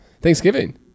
Thanksgiving